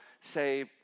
say